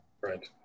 Right